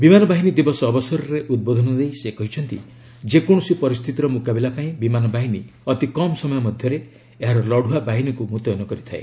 ବିମାନ ବାହିନୀ ଦିବସ ଅବସରରେ ଉଦ୍ବୋଧନ ଦେଇ ସେ କହିଛନ୍ତି ଯେକୌଣସି ପରିସ୍ଥିତିର ମୁକାବିଲା ପାଇଁ ବିମାନ ବାହିନୀ ଅତି କମ୍ ସମୟ ମଧ୍ୟରେ ଏହାର ଲଢ଼ୁଆ ବାହିନୀକୁ ମୁତୟନ କରିଥାଏ